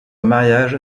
mariage